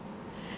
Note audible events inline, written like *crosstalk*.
*breath* that